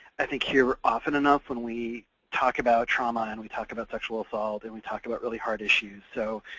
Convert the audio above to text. i think, hear often enough when we talk about trauma and we talk about sexual assault and we talk about really hard issues. so,